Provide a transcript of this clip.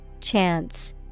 Chance